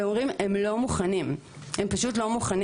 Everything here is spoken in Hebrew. והם אומרים: הם לא מוכנים, הם פשוט לא מוכנים.